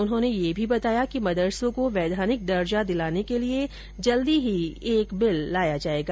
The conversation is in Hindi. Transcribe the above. उन्होंने यह भी बताया कि मदरसों को वेंद्यानिक दर्जा दिलाने के लिए जल्दी ही एक बिल लाया जायेगा